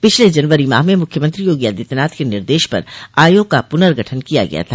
पिछले जनवरी माह में मुख्यमंत्री योगी आदित्यनाथ के निर्देश पर आयोग का पुनर्गठन किया गया था